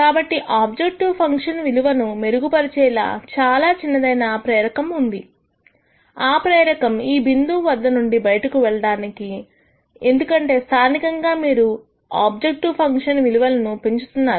కాబట్టి objective function విలువను మెరుగుపరిచే చాలా చిన్నదైన ప్రేరకం ఉంది ఆ ప్రేరకం ఈ బిందువు వద్ద నుండి బయటకువెళ్ళడానికి ఎందుకంటే స్థానికంగా మీరు ఆబ్జెక్టివ్ ఫంక్షన్ విలువలు పెంచుతున్నారు